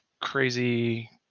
crazy